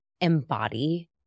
embody